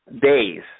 days